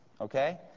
Okay